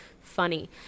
funny